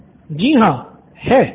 student जी हाँ है